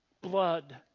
blood